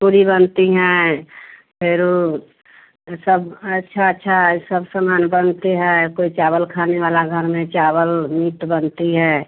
पूरी बनती हैं फ़िर ऊ सब अच्छा अच्छा सब सामान बनते है कोई चावल खाने वाला घर में चावल मीट बनती है